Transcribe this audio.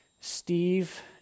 Steve